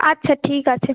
আচ্ছা ঠিক আছে